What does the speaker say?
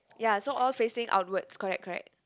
ya so all facing outwards correct correct